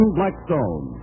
Blackstone